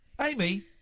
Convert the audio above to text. Amy